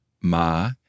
ma